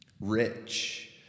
Rich